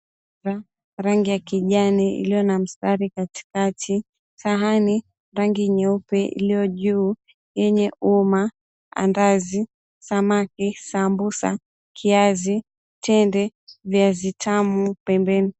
Rangi ya kijani iliyo na mstari katikati. Sahani, rangi nyeupe iliyo juu yenye umma, andazi, samaki, sambusa ,kiazi, tende, viazi tamu pembeni.